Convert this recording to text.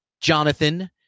Jonathan